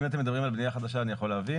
אם אתם מדברים על בנייה חדשה, אני יכול להבין.